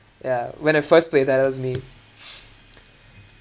yeah when I first play that it was me